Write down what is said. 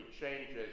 changes